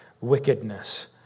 wickedness